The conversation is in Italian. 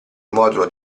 modulo